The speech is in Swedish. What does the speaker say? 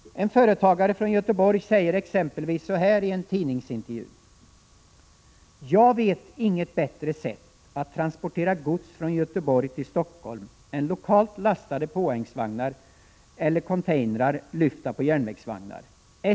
En företagare från Göteborg säger exempelvis så här i en tidningsintervju: ”Jag vet inget bättre sätt att transportera gods från Göteborg till Stockholm än lokalt lastade påhängsvagnar eller containrar lyfta på järnvägsvagnar.